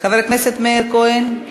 חבר הכנסת מאיר כהן.